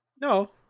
No